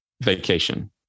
vacation